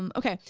um okay,